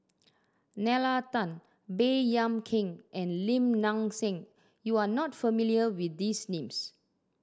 Nalla Tan Baey Yam Keng and Lim Nang Seng you are not familiar with these names